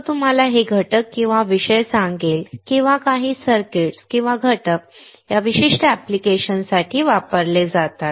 तो तुम्हाला हे घटक किंवा विषय सांगेल किंवा काही सर्किट्स किंवा घटक या विशिष्ट ऍप्लिकेशन्ससाठी वापरले जातात